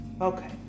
okay